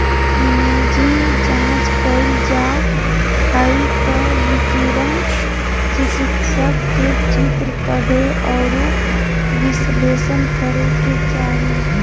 imaging जांच कइल जा हइ त विकिरण चिकित्सक के चित्र पढ़े औरो विश्लेषण करे के चाही